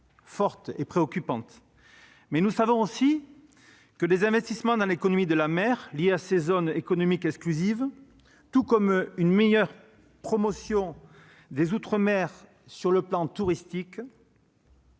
fortes et préoccupantes. Mais nous savons aussi que les investissements dans l'économie de la mer liée à ces zones économiques exclusives, tout comme une meilleure promotion des outre-mer sur le plan touristique